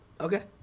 Okay